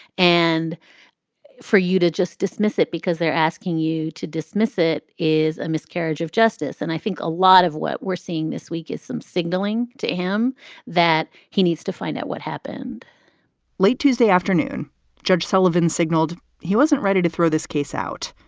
and for you to just dismiss it because they're asking you to dismiss it is a miscarriage of justice. and i think a lot of what we're seeing this week is some signaling to him that he needs to find out what happened late tuesday afternoon judge sullivan signaled he wasn't ready to throw this case out.